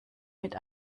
mit